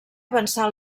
avançar